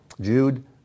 Jude